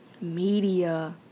media